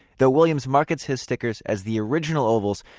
though williams markets his stickers as the original ovals,